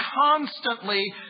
constantly